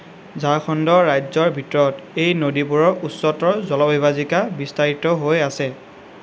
ঝাৰখণ্ড ৰাজ্যৰ ভিতৰত এই নদীবোৰৰ উচ্চতৰ জলবিভাজিকা বিস্তাৰিত হৈ আছে